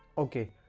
okay!